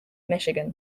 michigan